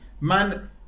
Man